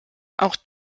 auch